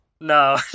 No